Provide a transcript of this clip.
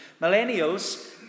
millennials